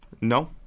no